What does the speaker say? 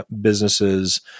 businesses